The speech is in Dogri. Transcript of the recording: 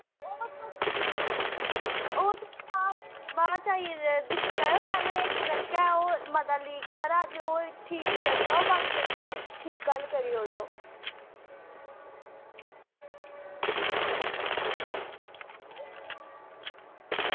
ओह् तुस ओह् तुस बाद च आइयै दिक्खी लैएओ पैह्लें इक नलका ऐ ओह् मता लीक होआ दा अज्ज ओह् ठीक करेओ बाकी आह्ले कल ठीक करी ओड़ेओ